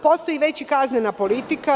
Postoji već i kaznena politika.